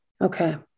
Okay